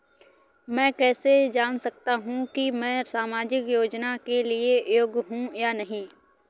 मैं कैसे जान सकता हूँ कि मैं सामाजिक योजना के लिए योग्य हूँ या नहीं?